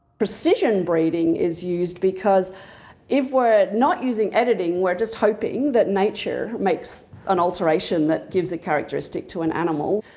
precision breeding is used because if we're not using editing, we're just hoping that nature makes an alteration that gives a characteristic to an animal.